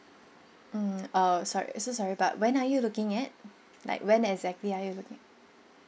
mm err sor~ so sorry but when are you looking at like when exactly are you looking